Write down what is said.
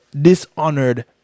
dishonored